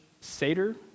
Seder